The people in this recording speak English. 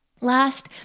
Last